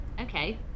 Okay